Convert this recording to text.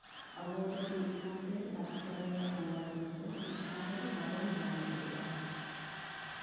ᱟᱵᱚ ᱫᱚ ᱢᱤᱫ ᱥᱟᱶᱛᱮ ᱞᱟᱠᱪᱟᱨ ᱨᱮᱭᱟᱜ ᱵᱚᱸᱜᱟᱼᱵᱩᱨᱩ ᱠᱚ ᱢᱤᱫ ᱥᱟᱶ ᱛᱮᱫᱚ ᱵᱟᱵᱚᱱ ᱵᱚᱸᱜᱟᱼᱵᱩᱨᱩᱜᱼᱟ